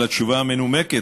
על התשובה המנומקת,